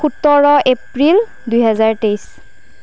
সোতৰ এপ্ৰিল দুই হাজাৰ তেইশ